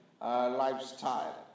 lifestyle